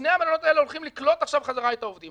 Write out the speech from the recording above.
שני המלונות האלה הולכים לקלוט עכשיו חזרה את העובדים.